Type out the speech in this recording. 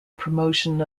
promotion